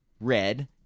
red